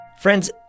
Friends